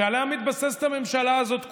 שעליהם מתבססת הממשלה הזאת כולה,